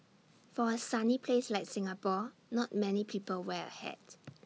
for A sunny place like Singapore not many people wear A hat